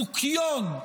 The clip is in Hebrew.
מוקיון,